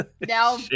now